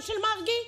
מרגי?